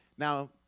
Now